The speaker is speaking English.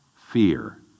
fear